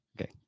Okay